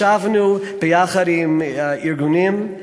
ישבנו ביחד עם הארגונים,